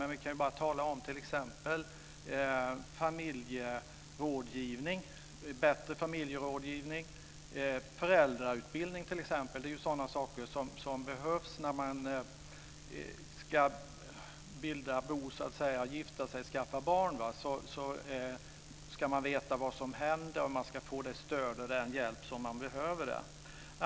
Det kan vara t.ex. bättre familjerådgivning och föräldrautbildning. Det är sådana saker som behövs när man ska bilda bo, gifta sig och skaffa barn. Då ska man veta vad som händer och man ska få det stöd och den hjälp som man behöver.